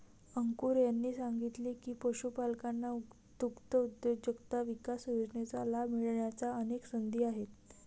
अंकुर यांनी सांगितले की, पशुपालकांना दुग्धउद्योजकता विकास योजनेचा लाभ मिळण्याच्या अनेक संधी आहेत